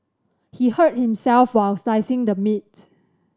he hurt himself while slicing the meat